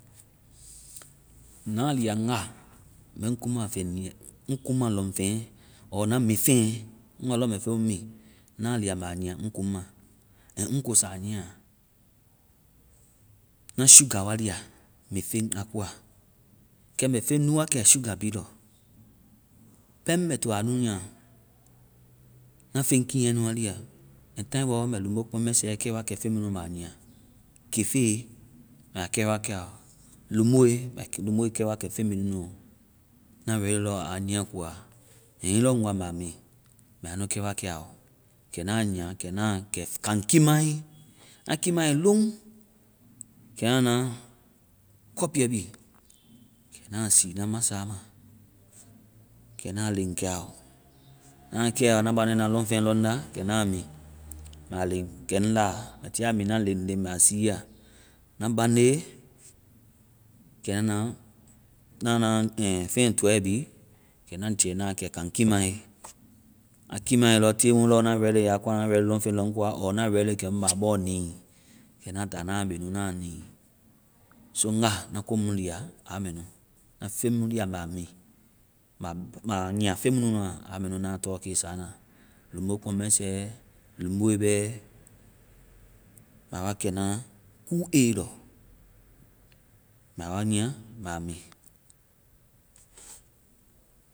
Ŋna lia ŋga, mɛɛ ŋ kuŋma feŋ mi-ŋ kuŋma lɔŋfeŋ ` na mi feŋ. Ŋ wa lɔ mɛ feŋ mu mi, na lia mɛ a ma ŋ kuŋma. And ŋ kosa nyia. Ŋna shuga wa lia mifeŋ ka koa. Kɛ mbɛ feŋnu wa kɛ shugaɔ pɛŋ mbɛ to anu nyia. Ŋna feŋ kinyae nu wa lia. And táai bɔɔ mbɛ lumokpɔmɛsɛ kɛ wakɛ feŋ mɛ nuɔ mbɛ a nyia. Kefe, mbɛ a kɛ wakɛaɔ. Lumoe, mbɛ lumoe kɛ wakɛ feŋ mɛ nunuɔ. Na ready lɔɔ a nyia koa, hiŋi lɔɔ ŋ waa mbɛ a mi, mbɛ a nu kɛ wakɛaɔ. Kɛ ŋna a nyia. Kɛ ŋna a kɛ kaŋ kimae. A kimae loŋ, kɛ na na cɔpuɛ bi. Kɛ na sii ŋna masa ma. Kɛ ŋna a leŋ kɛaɔ. Ŋna kɛeaɔ, ŋna bande ŋna lɔŋfeŋ lɔŋ da, kɛ na mi. Mbɛ a leŋ kɛ ŋ la. Mbɛ tiia mina leŋleŋ mbɛ a siiya. Ŋna bande, kɛ ŋna na-na na, feŋ tɔɛ bi. Kɛ ŋna jɛɛ na kɛ kaŋ kimae. A kimae lɔɔ tée mu lɔɔ ŋna rɛle ready a koa, ŋna ready lɔɔ feŋlɔŋ koa, ɔɔ ŋna ready kɛmu mbɛ a bɔɔ nii, kɛ ŋna ta ŋna a bi nu ŋna a nii. So ŋga, ŋna komu nu lia a mɛ nu. Ŋna feŋ mu lia mbɛ a mi. Mbɛ a nyia feŋ muna, a nɛ nu na tɔ ke sana. Lumokpɔmɛsɛ, lumoe bɛ. Mbɛ a wa nyia mbɛ a mi.